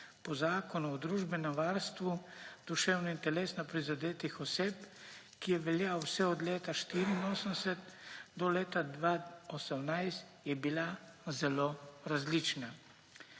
po Zakonu o družbenem varstvu duševno in telesno prizadetih oseb, ki je veljal vse od leta 1984 do leta 2018, je bila zelo različna.